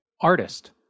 Artist